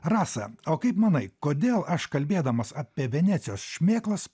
rasa o kaip manai kodėl aš kalbėdamas apie venecijos šmėklas